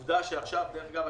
עובדה שבשנה הזאת,